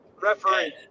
referee